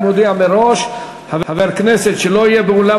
אני מודיע מראש: חבר כנסת שלא יהיה באולם